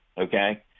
Okay